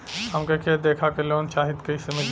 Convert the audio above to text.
हमके खेत देखा के लोन चाहीत कईसे मिली?